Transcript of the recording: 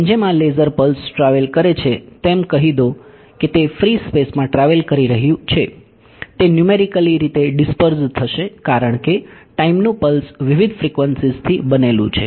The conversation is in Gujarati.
જેમ જેમ આ લેઝર પલ્સ ટ્રાવેલ કરે છે તેમ કહી દો કે તે ફ્રી સ્પેસમાં ટ્રાવેલ કરી રહ્યું છે તે ન્યૂમેરિકલી રીતે ડિસ્પર્ઝ થશે કારણ કે ટાઈમનું પલ્સ વિવિધ ફ્રીક્વન્સીઝથી બનેલુ છે